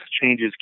changes